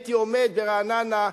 הייתי עומד ברעננה,